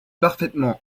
parfaitement